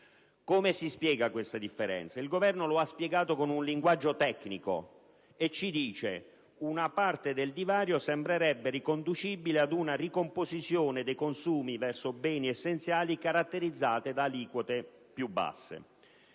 Come si spiega questa differenza? Il Governo lo ha spiegato con un linguaggio tecnico e ci dice che: «una parte del divario sembrerebbe riconducibile ad una ricomposizione dei consumi verso beni essenziali, caratterizzati da aliquote basse».